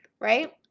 right